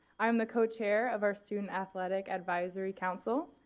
i am the cochair of our student athletic advisory council.